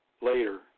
later